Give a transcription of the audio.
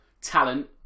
talent